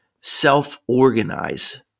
self-organize